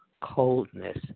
coldness